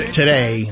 today